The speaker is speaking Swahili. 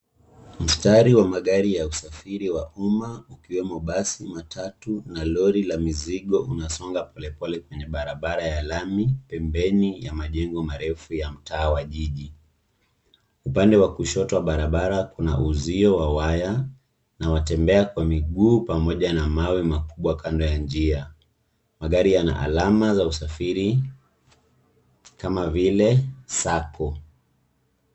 Mstari wa magari ya usafiri wa umma ukiwemo basi, matatu na lori la mizigo unasonga pole pole kwenye barabara ya lami pembeni ya majengo marefu ya mtaa wa jiji, upande wa kushoto wa barabara kuno usio wa waya na watembea kwa miguu pamoja na mawe makubwa kando ya njia magari yana alama za usafiri kama vile Sacco